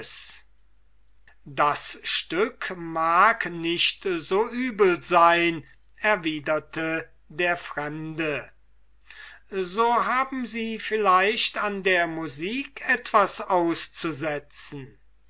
das stück mag nicht übel sein erwiderte der fremde so haben sie vielleicht an der musik etwas auszusetzen